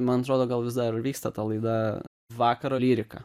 man atrodo gal vis dar vyksta ta laida vakaro lyrika